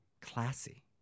Classy